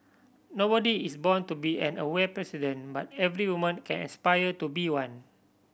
nobody is born to be an aware president but every woman can aspire to be one